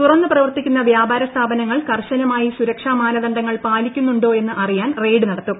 തുറന്നു പ്രവർത്തിക്കുന്ന വൃാപാര സ്ഥാപനങ്ങൾ കർശനമായി സുരക്ഷാ മാനദണ്ഡങ്ങൾ പാലിക്കുന്നുണ്ടോയെന്ന് അറിയാൻ റെയ്ഡ് നടത്തും